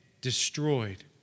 destroyed